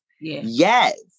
yes